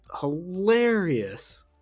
hilarious